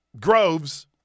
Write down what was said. Groves